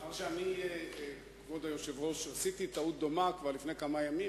מאחר שאני עשיתי טעות דומה כבר לפני כמה ימים,